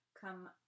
come